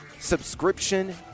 subscription